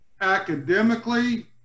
academically